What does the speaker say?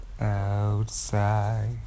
outside